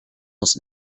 els